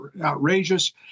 outrageous